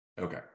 Okay